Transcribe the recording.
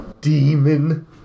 demon